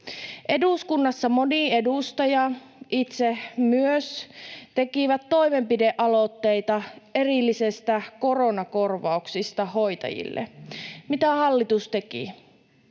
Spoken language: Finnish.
Eduskunnassa moni edustaja, itse myös, teki toimenpidealoitteita erillisestä koronakorvauksesta hoitajille. Mitä hallitus teki?